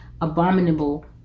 abominable